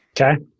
Okay